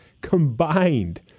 combined